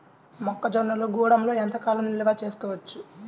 మొక్క జొన్నలు గూడంలో ఎంత కాలం నిల్వ చేసుకోవచ్చు?